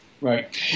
Right